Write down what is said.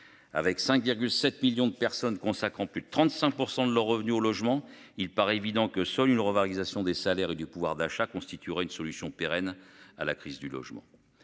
avec 5,7 millions de personnes consacrant plus de 35% de leur revenu au logement il paraît évident que seule une revalorisation des salaires et du pouvoir d'achat constituerait une solution pérenne à la crise du logement.